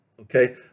Okay